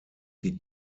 die